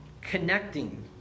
connecting